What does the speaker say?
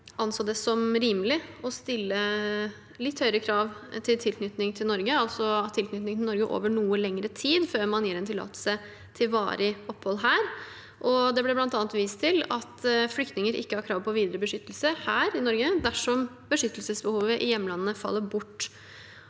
anså det som rime lig å stille litt høyere krav til tilknytning til Norge, altså tilknytning til Norge over noe lengre tid, før man gir tillatelse til varig opphold her. Det ble bl.a. vist til at flyktninger ikke har krav på videre beskyttelse i Norge dersom beskyttelsesbehovet i hjemlandet faller bort.